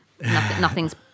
nothing's